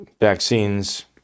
vaccines